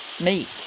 meat